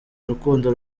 urukundo